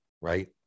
Right